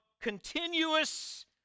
continuous